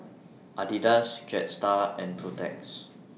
Adidas Jetstar and Protex